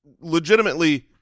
Legitimately